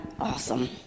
awesome